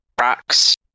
Rocks